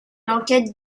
l’enquête